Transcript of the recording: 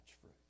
fruit